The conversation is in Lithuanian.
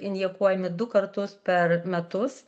injekuojami du kartus per metus